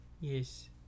yes